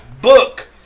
book